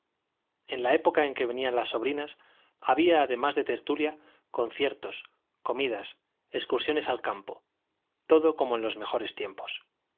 en la época en que venían las sobrinas había además de tertulia conciertos comidas excursiones al campo todo como en los mejores tiempos